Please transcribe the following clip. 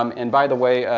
um and by the way,